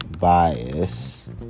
Bias